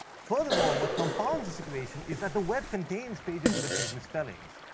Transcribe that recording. furthermore, what compounds the situation is that the web contains pages with these misspellings.